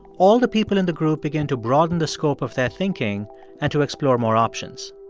all the people in the group begin to broaden the scope of their thinking and to explore more options.